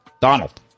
Donald